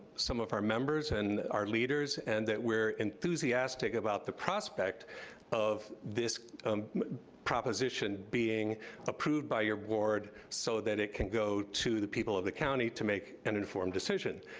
some of our members and our leaders, and that we're enthusiastic about the prospect of this proposition being approved by your board, so that it can go to the people of the county to make an informed decision.